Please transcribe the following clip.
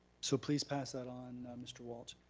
so please pass that on mr. walsh.